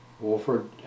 Wolford